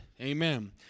Amen